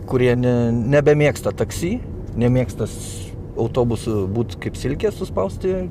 kurie ne nebemėgsta taksi nemėgstas autobusu būt kaip silkės suspausti